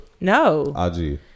No